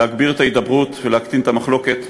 להגביר את ההידברות ולהקטין את המחלוקת,